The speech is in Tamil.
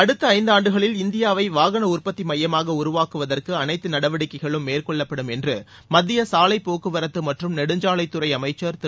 அடுத்த இந்தாண்டுகளில் இந்தியாவை வாகன உற்பத்தி மையமாக உருவாக்குவதற்கு அனைத்து நடவடிக்கைகளும் மேற்கொள்ளப்படும் என்று மத்திய சாலை போக்குவரத்து மற்றும் நெடுஞ்சாலைத் துறை அமைச்சர் திரு